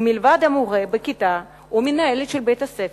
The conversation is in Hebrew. ומלבד המורה בכיתה והמנהלת של בית-הספר,